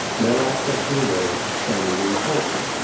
no access to a lawyer and legally tortured.